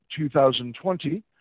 2020